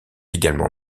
également